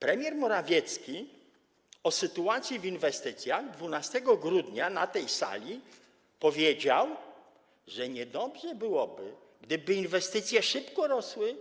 Premier Morawiecki o sytuacji w inwestycjach 12 grudnia na tej sali powiedział, że niedobrze byłoby, gdyby inwestycje szybko rosły,